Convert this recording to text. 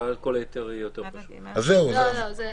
זה לא התפקיד שלו.